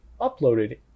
uploaded